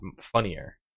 funnier